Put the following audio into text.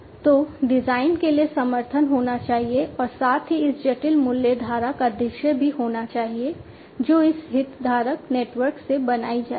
तो डिजाइन के लिए समर्थन होना चाहिए और साथ ही इस जटिल मूल्य धारा का दृश्य भी होना चाहिए जो इस हितधारक नेटवर्क से बनाई जाएगी